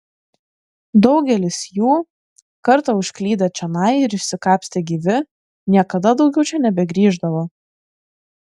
daugelis jų kartą užklydę čionai ir išsikapstę gyvi niekada daugiau čia nebegrįždavo